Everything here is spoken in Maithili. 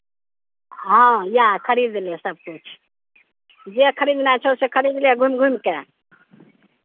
हँ जा खरीद ले सभकिछु जे खरीदनाइ छौ खरीद ले घुमि घुमि कऽ